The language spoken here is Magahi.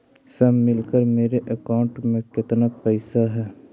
सब मिलकर मेरे अकाउंट में केतना पैसा है?